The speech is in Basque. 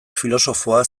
filosofoa